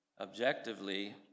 objectively